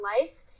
life